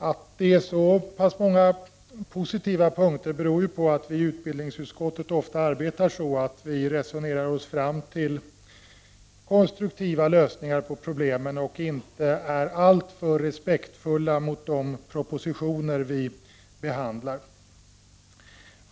Att det är så många positiva punkter beror på att vi i utbildningsutskottet ofta resonerar oss fram till konstruktiva lösningar på problemen och inte är alltför respektfulla mot de propositioner som vi behandlar.